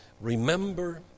remember